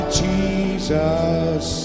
jesus